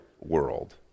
world